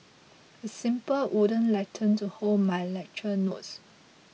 a simple wooden lectern to hold my lecture notes